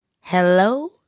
hello